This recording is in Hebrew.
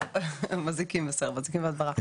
מזיקים והדברה.